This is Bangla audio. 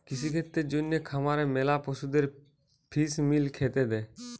কৃষিক্ষেত্রের জন্যে খামারে ম্যালা পশুদের ফিস মিল খেতে দে